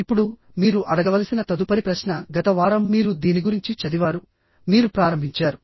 ఇప్పుడు మీరు అడగవలసిన తదుపరి ప్రశ్న గత వారం మీరు దీని గురించి చదివారుమీరు ప్రారంభించారు